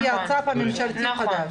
על פי הצו הממשלתי החדש.